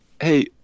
Hey